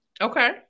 okay